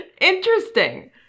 Interesting